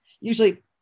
usually